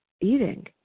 eating